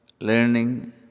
learning